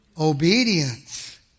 obedience